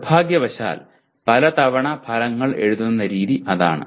നിർഭാഗ്യവശാൽ പലതവണ ഫലങ്ങൾ എഴുതുന്ന രീതി അതാണ്